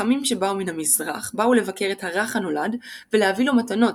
חכמים שבאו מן המזרח באו לבקר את הרך הנולד ולהביא לו מתנות